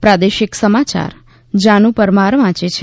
પ્રાદેશિક સમાયાર જાનુ પરમાર વાંચે છે